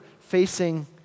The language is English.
facing